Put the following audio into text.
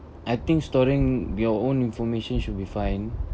I think storing your own information should be fine